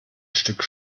stück